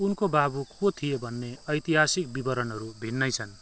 उनको बाबु को थिए भन्ने ऐतिहासिक विवरणहरू भिन्नै छन्